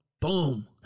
boom